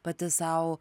pati sau